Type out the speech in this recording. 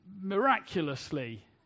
miraculously